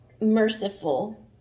merciful